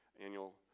annual